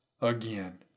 again